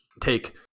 take